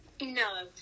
No